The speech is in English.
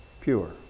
pure